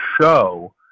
Show